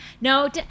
No